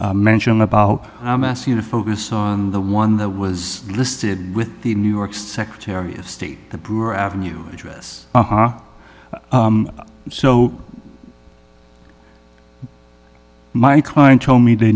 as mention about i'm asking you to focus on the one that was listed with the new york secretary of state the brewer avenue address aha so my client told me they